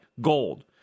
gold